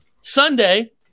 Sunday